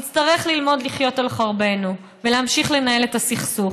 נצטרך ללמוד לחיות על חרבנו ולהמשיך לנהל את הסכסוך.